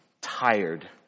tired